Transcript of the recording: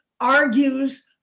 argues